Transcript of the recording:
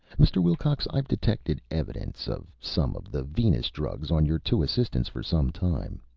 mr. wilcox, i've detected evidence of some of the venus drugs on your two assistants for some time.